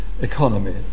economy